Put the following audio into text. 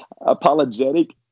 apologetic